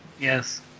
Yes